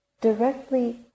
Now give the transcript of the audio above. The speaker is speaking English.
directly